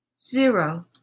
Zero